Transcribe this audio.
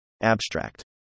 Abstract